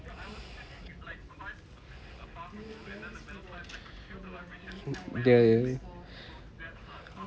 ya ya